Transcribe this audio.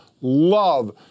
love